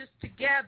together